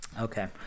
Okay